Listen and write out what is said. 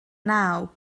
naw